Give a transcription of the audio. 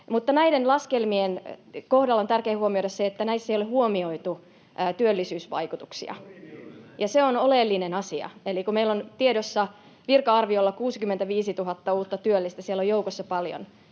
näiden laskelmien kohdalla on tärkeää huomioida, että näissä ei ole huomioitu työllisyysvaikutuksia, ja se on oleellinen asia. Eli kun meillä on tiedossa virka-arviolla 65 000 uutta työllistä, siellä on joukossa paljon